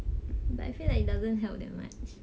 but I feel like it doesn't help that much